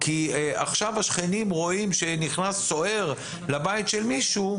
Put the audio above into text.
כי עכשיו השכנים רואים שנכנס סוהר לבית של מישהו,